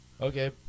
Okay